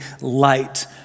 light